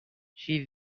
she